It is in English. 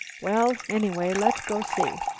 well, anyway, let's go see.